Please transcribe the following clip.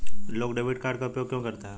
लोग debit card का उपयोग क्यों करते हैं?